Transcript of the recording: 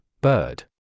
Bird